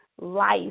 life